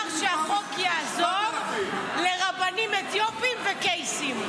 שהחוק יעזור לרבנים אתיופים ולקייסים.